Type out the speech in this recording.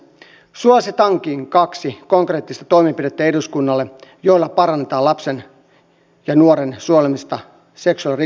suositankin eduskunnalle kaksi konkreettista toimenpidettä joilla parannetaan lapsen ja nuoren suojelemista seksuaalirikollisilta